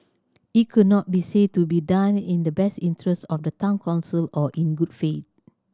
it could not be said to be done in the best interest of the Town Council or in good faith